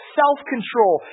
self-control